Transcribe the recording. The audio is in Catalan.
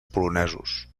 polonesos